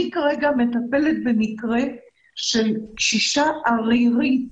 אני כרגע מטפלת במקרה של קשישה ערירית,